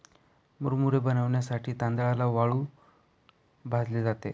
मुरमुरे बनविण्यासाठी तांदळाला वाळूत भाजले जाते